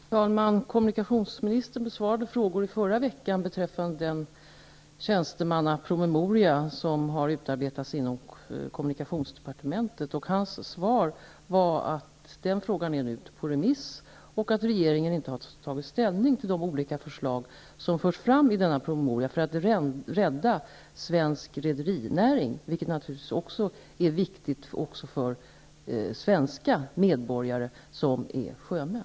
Fru talman! Kommunikationsministern besvarade i förra veckan frågor om den tjänstemannapromemoria som har utarbetats inom kommunikationsdepartementet. Hans svar var att den frågan nu är ute på remiss och att regeringen inte har tagit ställning till de olika förslag som i denna promemoria förs fram som ett sätt att rädda svensk rederinäring, vilket naturligtvis också är viktigt för svenska medborgare som är sjömän.